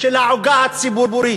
של העוגה הציבורית,